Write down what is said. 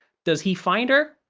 does he find her?